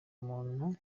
muntu